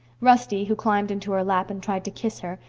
rusty, who climbed into her lap and tried to kiss her,